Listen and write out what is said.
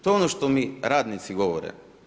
To je ono što mi radnici govore.